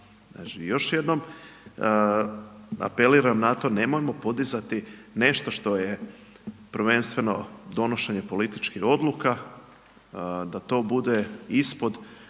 još jednom apeliram na to nemojmo podizati nešto što je prvenstveno donošenje političkih odluka da to bude ispod